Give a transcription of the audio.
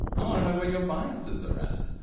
i want to know where your biases are at!